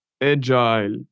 agile